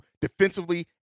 defensively